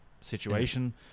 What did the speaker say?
Situation